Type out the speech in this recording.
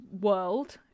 world